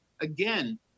again